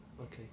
okay